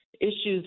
issues